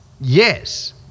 yes